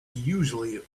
usually